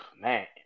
man